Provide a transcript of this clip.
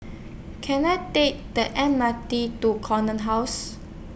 Can I Take The M R T to Corner House